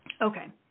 Okay